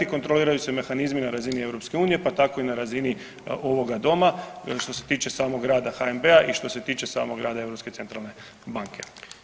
Kontroliraju se mehanizmi na razini EU pa tako i na razini ovoga Doma, što se tiče samog rada HNB-a i što se tiče samog rada Europske centralne banke.